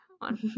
on